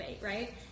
right